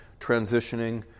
transitioning